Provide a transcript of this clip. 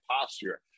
posture